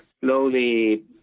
slowly